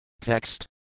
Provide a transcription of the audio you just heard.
Text